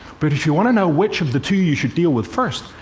but if you want to know which of the two you should deal with first,